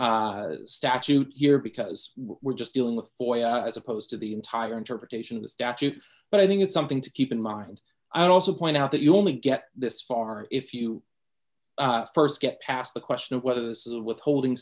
unambiguous statute here because we're just dealing with boy as opposed to the entire interpretation of the statute but i think it's something to keep in mind i also point out that you only get this far if you first get past the question of whether this is a withholding